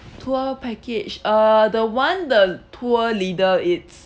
tour package uh the one the tour leader is